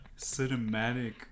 cinematic